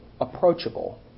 approachable